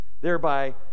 Thereby